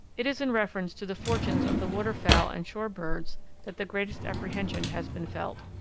it is in reference to the fortunes of the water fowl and shore birds that the greatest apprehension has been felt.